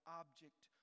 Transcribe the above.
object